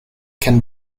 can